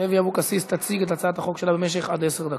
לוי אבקסיס תציג את הצעת החוק שלה במשך עד עשר דקות.